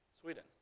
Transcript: Sweden